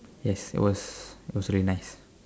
yes it was also really nice